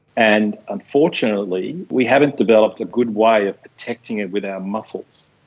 and unfortunately we haven't developed a good way of protecting it with our muscles.